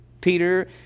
Peter